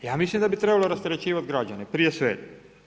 Ja mislim da bi trebali rasterećivati građane prije svega.